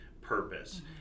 purpose